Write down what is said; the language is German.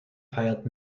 feiert